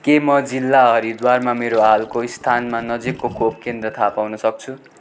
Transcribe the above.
के म जिल्ला हरिद्वारमा मेरो हालको स्थानमा नजिकको खोप केन्द्र थाहा पाउन सक्छु